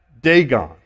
Dagon